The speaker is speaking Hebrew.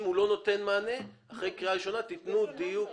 אם הוא לא נותן מענה, אחרי קריאה ראשונה תנו דיוק.